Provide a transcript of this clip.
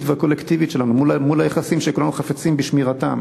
והקולקטיבית שלנו מול היחסים שכולנו חפצים בשמירתם,